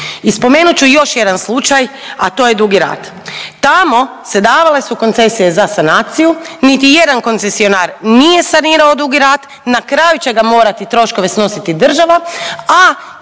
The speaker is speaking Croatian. I spomenut ću još jedan slučaj, a to je Dugi Rat, tamo su se davale koncesije za sanaciju, niti jedan koncesionar nije sanirao Dugi Rat i na kraju će ga morati troškove snositi država,